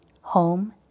home